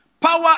Power